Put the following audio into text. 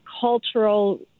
cultural